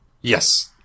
Yes